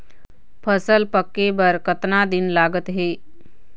फसल पक्के बर कतना दिन लागत हे?